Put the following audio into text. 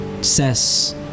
says